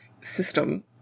system